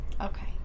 okay